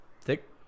Thick